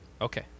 Okay